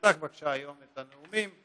תפתח בבקשה היום את הנאומים,